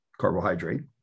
carbohydrate